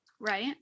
Right